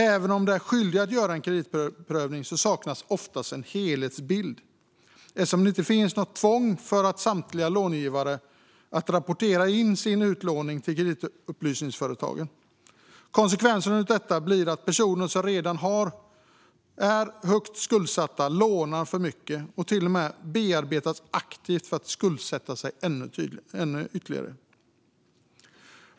Även om de är skyldiga att göra en kreditprövning saknas ofta en helhetsbild, eftersom det inte finns något tvång för samtliga långivare att rapportera in sin utlåning till kreditupplysningsföretagen. Konsekvensen blir att personer som redan är högt skuldsatta lånar för mycket och till och med bearbetas aktivt för att skuldsätta sig ytterligare.